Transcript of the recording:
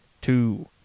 two